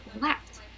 left